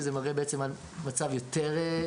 שזה בעצם מראה על מצב יותר חריף,